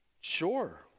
Sure